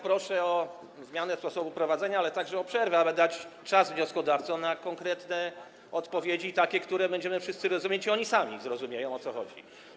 Proszę o zmianę sposobu prowadzenia, ale także o przerwę, aby dać wnioskodawcom czas na konkretne odpowiedzi, takie, które będziemy wszyscy rozumieć, i oni sami zrozumieją, o co chodzi.